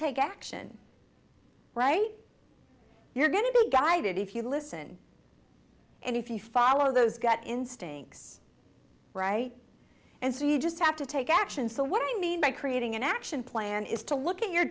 take action right you're going to be guided if you listen and if you follow those gut instincts right and so you just have to take action so what i mean by creating an action plan is to look at your